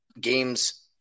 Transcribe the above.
Games